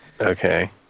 Okay